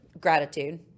gratitude